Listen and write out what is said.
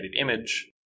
image